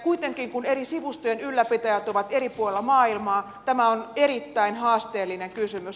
kuitenkin kun eri sivustojen ylläpitäjät ovat eri puolilla maailmaa tämä on erittäin haasteellinen kysymys